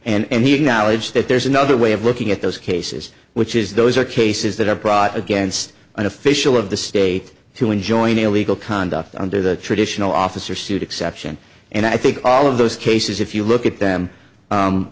acknowledged that there's another way of looking at those cases which is those are cases that are brought against an official of the state to enjoin illegal conduct under the traditional officer suit exception and i think all of those cases if you look at them